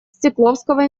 стекловского